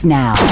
now